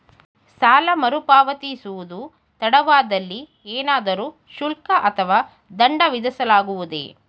ಸಾಲ ಮರುಪಾವತಿಸುವುದು ತಡವಾದಲ್ಲಿ ಏನಾದರೂ ಶುಲ್ಕ ಅಥವಾ ದಂಡ ವಿಧಿಸಲಾಗುವುದೇ?